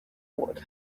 would